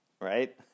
right